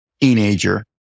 teenager